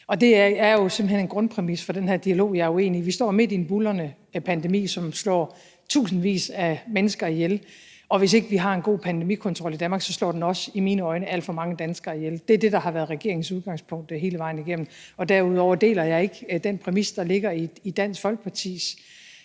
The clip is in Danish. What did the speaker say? Det er jo simpelt hen en grundpræmis for den her dialog, og den er jeg uenig i. Vi står midt i en buldrende pandemi, som slår tusindvis af mennesker ihjel, og hvis ikke vi har en god pandemikontrol i Danmark, slår den også i mine øjne alt for mange danskere ihjel. Det er det, der har været regeringens udgangspunkt hele vejen igennem. Derudover deler jeg ikke den præmis, der ligger i Dansk Folkepartis